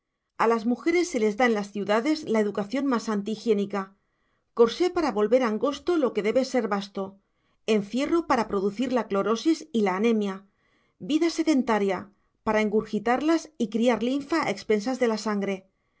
a las mujeres se les da en las ciudades la educación más antihigiénica corsé para volver angosto lo que debe ser vasto encierro para producir la clorosis y la anemia vida sedentaria para ingurgitarlas y criar linfa a expensas de la sangre